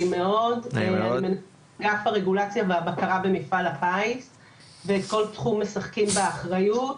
אני מאגף הרגולציה והבקרה במפעל הפיס בכל תחום משחקים באחריות,